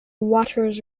waters